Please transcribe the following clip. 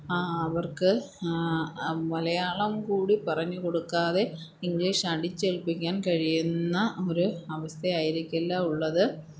അവര്ക്ക് മലയാളം കൂടി പറഞ്ഞു കൊടുക്കാതെ ഇംഗ്ലീഷടിച്ചേല്പ്പിക്കാന് കഴിയുന്ന ഒരു അവസ്ഥയായിരിക്കില്ല ഉള്ളത്